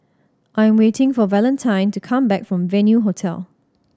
I am waiting for Valentine to come back from Venue Hotel